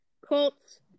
Colts